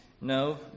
No